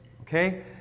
Okay